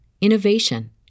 innovation